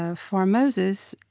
ah for moses,